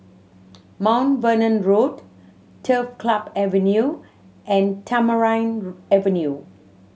Mount Vernon Road Turf Club Avenue and Tamarind Avenue